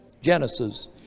Genesis